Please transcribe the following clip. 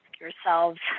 yourselves